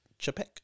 Chapek